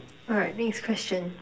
alright next question